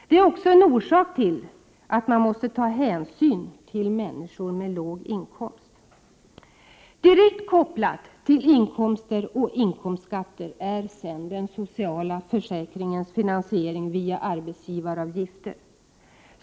Det är också en orsak till att man måste ta hänsyn till människor som har låg inkomst. Direkt kopplat till inkomster och inkomstskatter är den sociala försäkringens finansiering via arbetsgivaravgifter.